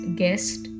guest